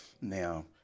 Now